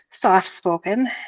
Soft-spoken